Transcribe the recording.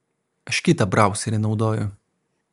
aš kitą brauserį naudoju